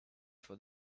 for